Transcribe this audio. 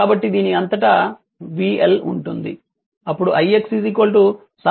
కాబట్టి దీని అంతటా vL ఉంటుంది అప్పుడు ix సాధారణంగా vL 6